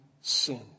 sinned